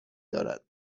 دارد